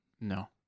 No